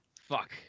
fuck